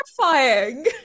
terrifying